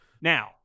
Now